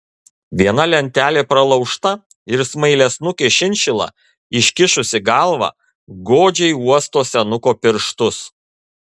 viena lentelė pralaužta ir smailiasnukė šinšila iškišusi galvą godžiai uosto senuko pirštus